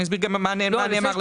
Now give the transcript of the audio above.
אני אסביר גם מה נאמר לנו.